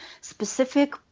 specific